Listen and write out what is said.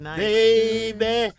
baby